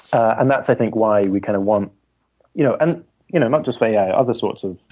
and that's, i think, why we kind of want you know and you know not just ai. other sort of